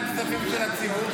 תראה את התשובה שלך.